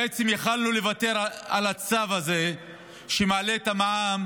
בעצם יכולנו לוותר על הצו הזה שמעלה את המע"מ